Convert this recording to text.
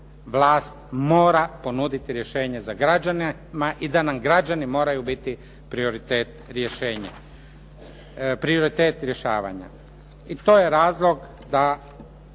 vlast mora ponuditi rješenje za građane ma i da nam građani moraju biti prioritet rješavanja. I to je razlog